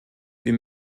wir